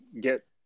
get